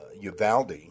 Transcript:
Uvalde